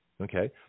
Okay